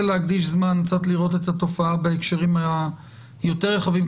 להקדיש זמן קצת כדי לראות את התופעה בהקשרים היותר רחבים,